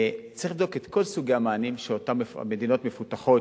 צריך לבדוק את כל סוגי המענים באותן מדינות מפותחות